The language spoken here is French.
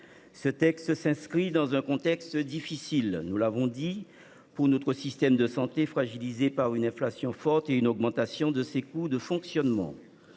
Ce texte s’inscrit dans un contexte difficile – nous l’avons dit – pour notre système de santé, fragilisé par une inflation forte et une augmentation de ses coûts de fonctionnement.